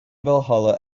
valhalla